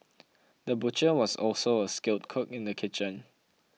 the butcher was also a skilled cook in the kitchen